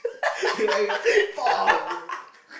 he like a